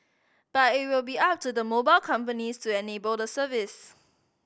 but it will be up to the mobile companies to enable the service